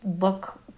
look